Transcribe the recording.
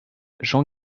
jean